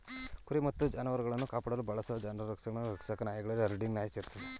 ಕುರಿ ಮತ್ತು ಜಾನುವಾರುಗಳನ್ನು ಕಾಪಾಡಲು ಬಳಸೋ ಜಾನುವಾರು ರಕ್ಷಕ ನಾಯಿಗಳಲ್ಲಿ ಹರ್ಡಿಂಗ್ ನಾಯಿ ಸೇರಯ್ತೆ